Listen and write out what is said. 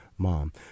mom